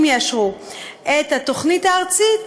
אם יאשרו את התוכנית הארצית,